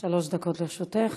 דקות לרשותך.